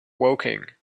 woking